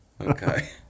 Okay